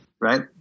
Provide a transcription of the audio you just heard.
right